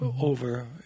over